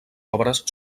obres